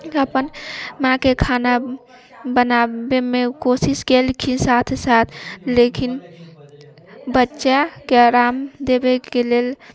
अपन माँके खाना बनाबैमे ओ कोशिश केलखिन साथ साथ लेकिन बच्चाके आराम देबयके लेल